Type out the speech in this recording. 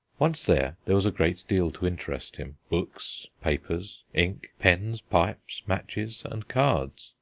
once there, there was a great deal to interest him books, papers, ink, pens, pipes, matches and cards.